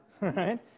Right